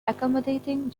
accommodating